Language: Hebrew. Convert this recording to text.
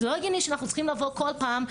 זה לא הגיוני שאנחנו צריכים לבוא כל פעם,